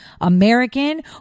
American